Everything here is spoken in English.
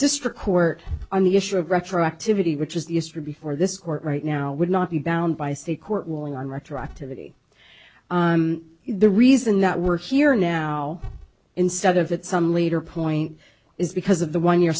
district court on the issue of retroactivity which is the issue for before this court right now would not be bound by state court ruling on retroactivity the reason that we're here now instead of at some later point is because of the one year